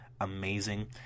amazing